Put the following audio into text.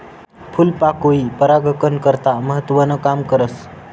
फूलपाकोई परागकन करता महत्वनं काम करस